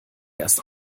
erst